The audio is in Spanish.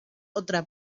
otra